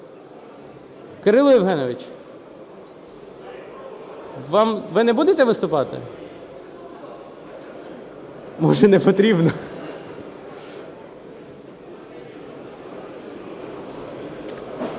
Кирило Євгенович, вам… Ви не будете виступати? Може, непотрібно?